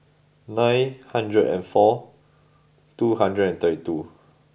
nine hundred and four two hundred and thirty two